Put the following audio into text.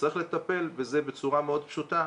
וצריך לטפל בזה בצורה מאוד פשוטה,